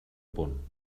punt